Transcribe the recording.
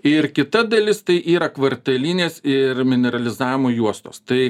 ir kita dalis tai yra kvartalinės ir mineralizavimo juostos tai